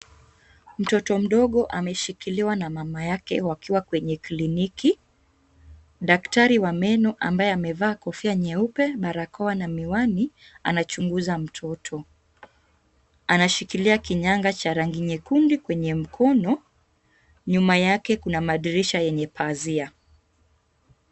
Mtoto mdogo ameshikiliwa na mama yake wakiwa kliniki. Daktari wa meno ambaye amevaa kofia nyeupe, barakoa na miwani anachunguza mtoto. Anashikilia kinyanga cha rangi nyekundu kwenye mkono. Nyuma yake kuna madirisha yenye pazia.